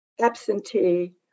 absentee